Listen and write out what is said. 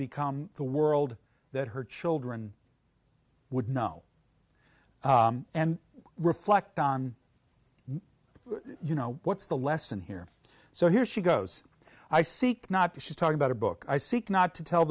become the world that her children would know and reflect on you know what's the lesson here so here she goes i seek not to she's talking about a book i seek not to tell